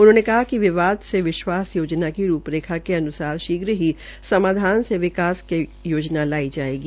उन्होंने कहा कि विवाद से विश्वास योजना की रूपरेखा के अन्सार शीघ्र ही समाधान से विकास योजना लायी जायेगी